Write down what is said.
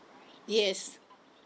yes